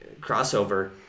crossover